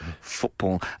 Football